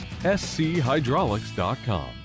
SChydraulics.com